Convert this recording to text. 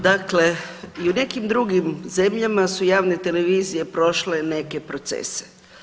Dakle i u nekim drugim zemljama su javne televizije prošle neke procese.